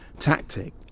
tactic